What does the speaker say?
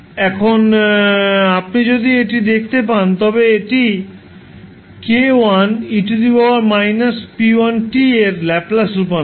এখন আপনি যদি এটি দেখতে পান তবে এটি 𝑘1𝑒−𝑝1𝑡 এর ল্যাপ্লাস রূপান্তর